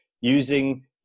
using